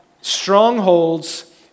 strongholds